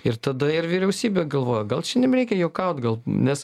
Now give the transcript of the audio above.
ir tada ir vyriausybė galvoja gal čia nereikia juokaut gal nes